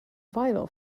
vital